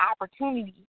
opportunity